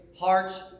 hearts